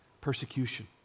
persecution